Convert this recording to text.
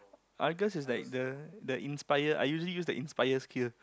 Argus is like the I usually use the inspired skill